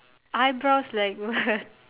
eyebrows like what